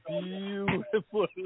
beautiful